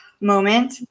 moment